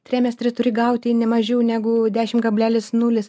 tremestre turi gauti ne mažiau negu dešim kablelis nulis